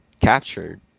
captured